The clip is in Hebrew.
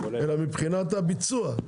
אלא מבחינת הביצוע,